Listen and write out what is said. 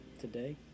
today